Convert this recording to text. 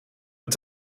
het